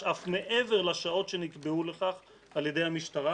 אף מעבר לשעות שנקבעו לכך על ידי המשטרה,